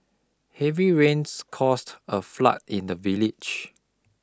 heavy rains caused a flood in the village